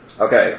Okay